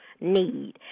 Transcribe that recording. need